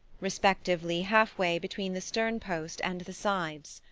respectively halfway between the stern post and the sides.